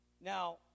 Now